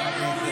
תראה מה עשיתם.